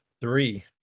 three